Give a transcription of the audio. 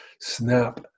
snap